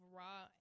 raw